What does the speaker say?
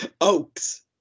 Oaks